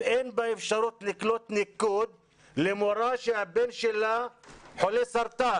אין בה אפשרות לקלוט ניקוד למורה שהבן שלה חולה סרטן